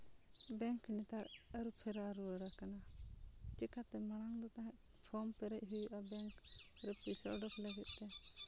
bank ᱱᱮᱛᱟᱨ ᱟᱹᱨᱩ ᱯᱷᱮᱨᱟᱣ ᱨᱩᱣᱟᱹᱲ ᱟᱠᱟᱱᱟ ᱪᱤᱠᱟᱛᱮ ᱢᱟᱲᱟᱝ ᱫᱚ ᱛᱟᱦᱮᱱ ᱯᱷᱨᱚᱢ ᱯᱮᱨᱮᱡᱽ ᱦᱩᱭᱩᱜᱼᱟ ᱵᱮᱝᱠ ᱨᱮ ᱯᱚᱭᱥᱟ ᱚᱰᱚᱠ ᱞᱟᱹᱜᱤᱫ ᱛᱮ